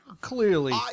clearly